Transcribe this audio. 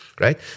right